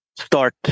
start